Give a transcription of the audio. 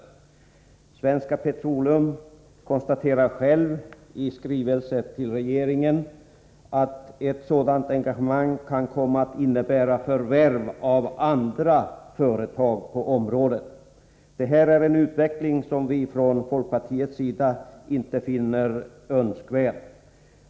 Från Svenska Petroleums sida har man själv sagt, i skrivelser till regeringen, att ett sådant engagemang kan komma att innebära förvärv av andra företag på området. Det här är en utveckling som vi ifrån folkpartiets sida inte finner önskvärd.